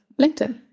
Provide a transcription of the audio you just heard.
LinkedIn